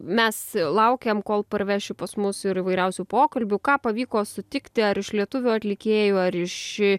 mes laukiam kol parveši pas mus ir įvairiausių pokalbių ką pavyko sutikti ar iš lietuvių atlikėjų ar iš